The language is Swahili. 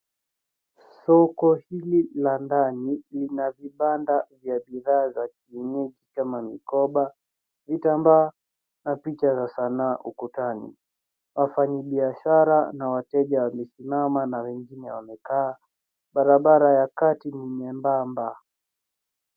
Soko hili la ndani lina vibanda vya bidha za kienyeji kama mikoba, vitambaa na picha za sanaa ukutani. Wafanyabiashara na wateja wamesimama na wengine wamekaa . Barabara ya kati ni nyembamba.